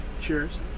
Cheers